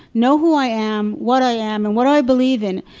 know who i am, what i am, and what i believe in,